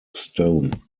stone